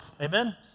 Amen